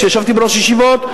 כשישבתי בראש ישיבות.